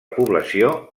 població